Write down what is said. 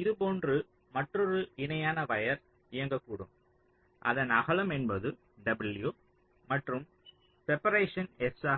இதுபோன்று மற்றொரு இணையான வயர் இயங்கக்கூடும் அதன் அகலம் என்பது w மற்றும் செப்பரேஷன் s ஆகும்